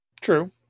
true